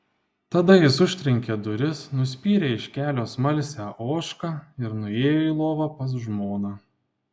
tada jis užtrenkė duris nuspyrė iš kelio smalsią ožką ir nuėjo į lovą pas žmoną